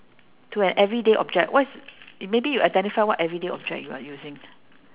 to an everyday object what's maybe you identify what everyday object you are using